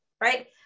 right